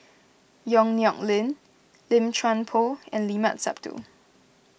Yong Nyuk Lin Lim Chuan Poh and Limat Sabtu